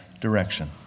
direction